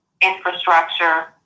infrastructure